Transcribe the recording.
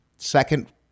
second